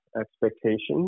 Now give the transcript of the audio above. expectations